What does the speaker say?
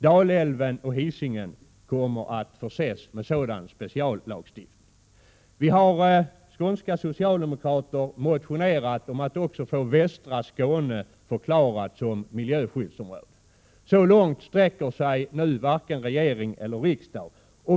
Dalälven och Hisingen kommer att förses med sådan speciallagstiftning. Skånska socialdemokrater har också motionerat om att få västra Skåne förklarat som miljöskyddsområde. Så långt sträcker sig nu varken regering eller riksdag.